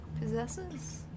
possesses